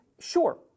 Sure